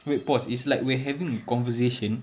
wait pause it's like we're having a conversation